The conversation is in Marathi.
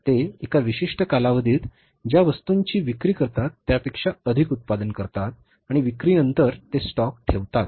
ते एका विशिष्ट कालावधीत ज्या वस्तूंची विक्री करतात त्यापेक्षा अधिक उत्पादन करतात आणि विक्रीनंतर ते स्टॉक ठेवतात